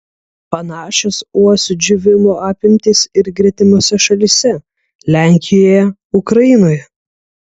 panašios uosių džiūvimo apimtys ir gretimose šalyse lenkijoje ukrainoje